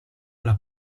alla